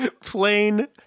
plain